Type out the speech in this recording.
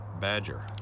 Badger